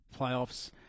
playoffs